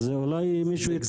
אולי מישהו ייתן תשובה.